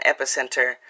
epicenter